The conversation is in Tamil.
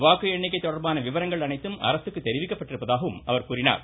வாக்கு எண்ணிககை தொடர்பான விவரங்கள் அனைத்தும் அரசுக்கு தெரிவிக்கப்பட்டிருப்பதாகவும் அவர் தெரிவித்தார்